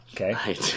Okay